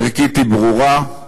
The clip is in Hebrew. הערכית ברורה: